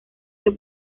que